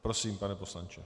Prosím, pane poslanče.